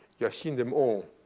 you have seen them all.